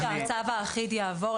גם אחרי שהצו האחיד יעבור,